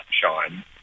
Sean